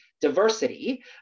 diversity